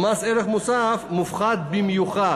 ומס ערך מוסף מופחת במיוחד.